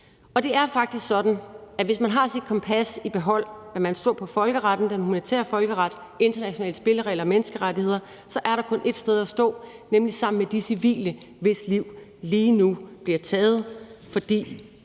Og det er faktisk sådan, at hvis man har sit kompas i behold og man står på folkeretten, den humanitære folkeret, internationale spilleregler og menneskerettigheder, så er der kun ét sted at stå, nemlig sammen med de civile, hvis liv lige nu bliver taget, fordi